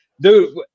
Dude